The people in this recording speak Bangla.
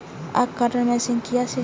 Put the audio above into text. আখ কাটা মেশিন কি আছে?